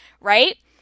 Right